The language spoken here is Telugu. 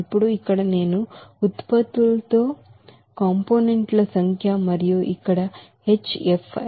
ఇప్పుడు ఇక్కడ ఉత్పత్తులలో ith కాంపోనెంట్ల సంఖ్య మరియు ఇక్కడ Hfi